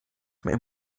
mehr